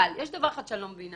אבל יש דבר אחד שאני לא מבינה